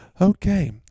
Okay